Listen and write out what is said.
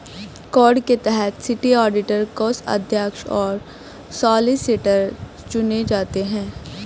code के तहत city auditor, कोषाध्यक्ष और सॉलिसिटर चुने जाते हैं